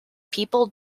people